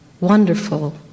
wonderful